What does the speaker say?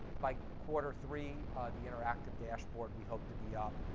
by quarter three the interactive dashboard we hope to be up.